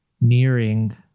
nearing